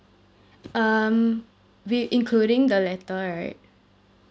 um with including the letter right